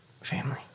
family